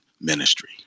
ministry